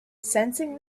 sensing